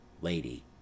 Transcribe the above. Lady